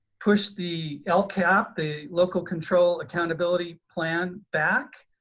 pushed the lcap, the local control accountability plan back.